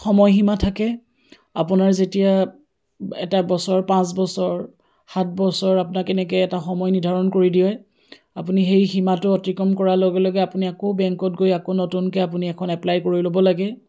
সময়সীমা থাকে আপোনাৰ যেতিয়া এটা বছৰ পাঁচ বছৰ সাত বছৰ আপোনাক কেনেকৈ এটা সময় নিৰ্ধাৰণ কৰি দিয়ে আপুনি সেই সীমাটো অতিক্ৰম কৰাৰ লগে লগে আপুনি আকৌ বেংকত গৈ আকৌ নতুনকৈ আপুনি এখন এপ্লাই কৰি ল'ব লাগে